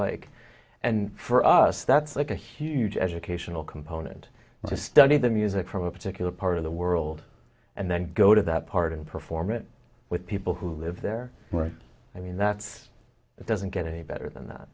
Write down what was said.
like and for us that's like a huge educational component to study the music from a particular part of the world and then go to that part and perform it with people who live there i mean that's it doesn't get any better than